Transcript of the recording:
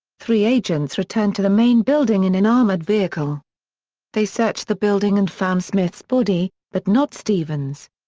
three agents returned to the main building in an armored vehicle they searched the building and found smith's body, but not stevens.